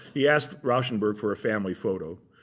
he asked rauschenberg for a family photo.